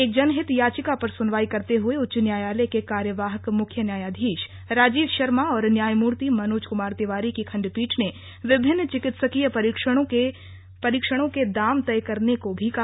एक जनहित याचिका पर सुनवाई करते हुए उच्च न्यायालय के कार्यवाहक मुख्य न्यायाधीश राजीव शर्मा और न्यायमूर्ति मनोज कुमार तिवारी की खंडपीठ ने विभिन्न चिकित्सकीय परीक्षणों के दाम तय करने को भी कहा